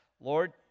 Lord